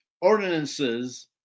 ordinances